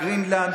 גרינלנד,